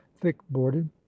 thick-boarded